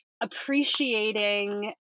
appreciating